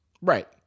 right